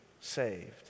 saved